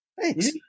Thanks